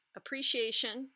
appreciation